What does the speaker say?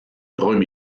träume